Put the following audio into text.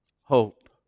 hope